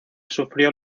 sufrió